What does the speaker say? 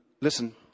Listen